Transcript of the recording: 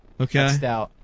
Okay